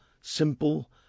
simple